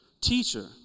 Teacher